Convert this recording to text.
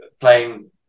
playing